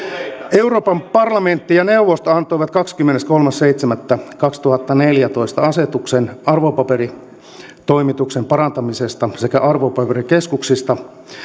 euroopan parlamentti ja neuvosto antoivat kahdeskymmeneskolmas seitsemättä kaksituhattaneljätoista asetuksen arvopaperitoimituksen parantamisesta sekä arvopaperikeskuksista